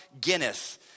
Guinness